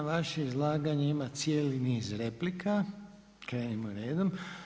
I na vaše izlaganje ima cijeli niz replika, krenimo redom.